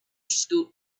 scoot